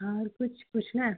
और कुछ पूछना है